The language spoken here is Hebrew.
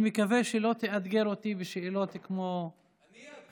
אני מקווה שלא תאתגר אותי בשאלות כמו חבריך.